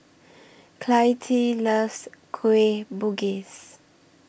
Clytie loves Kueh Bugis